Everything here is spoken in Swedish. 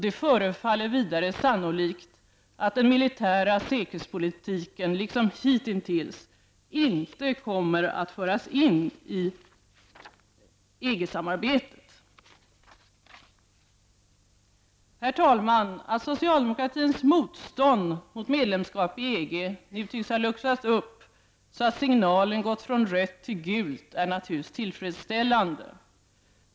Det förefaller vidare sannolikt att den militära säkerhetspolitiken liksom hitintills inte kommer att föras in i EG-samarbetet. Herr talman! Att socialdemokratins motstånd mot medlemskap i EG nu tycks ha luckrats upp så att signalen gått från rött till gult är naturligtvis tillfredsställande.